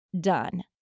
done